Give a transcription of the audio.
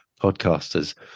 podcasters